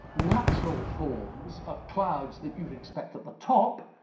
natural forms of clouds that you'd expect at the top,